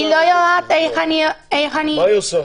היא לא רואה איך אני --- אז מה היא עושה?